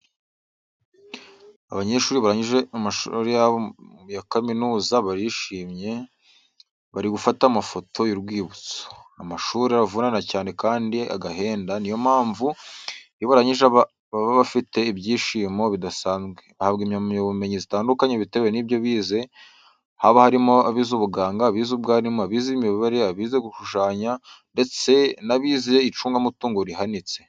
Abanyeshuri barangije amashuri yabo ya kaminuza, barishimye, bari gufata amafoto y'urwibutso. Amashuri aravunana cyane kandi agahenda niyo mpamvu iyo barangije baba bafite ibyishimo bidasanzwe. Bahabwa impamya bumenyi zitandukanye bitewe n'ibyo bize, haba harimo abize ubuganga, abize ubwarimu, abize imibare, abize gushushanya, ndetse n'abize icunga mutungo rihanitse.